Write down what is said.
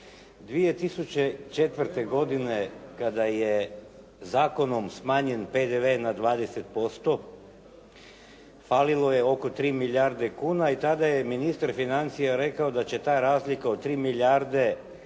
2004. godine kada je zakonom smanjen PDV na 20% falilo je oko 3 milijarde kuna i tada je ministar financija rekao da će ta razlika od 3 milijarde